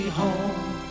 home